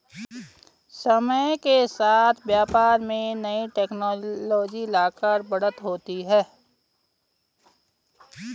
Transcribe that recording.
समय के साथ व्यापार में नई टेक्नोलॉजी लाकर बढ़त होती है